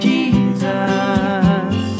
Jesus